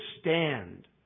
stand